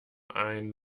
ein